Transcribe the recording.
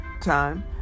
time